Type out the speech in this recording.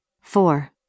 Four